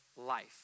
life